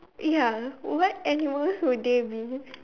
ya what animals would they be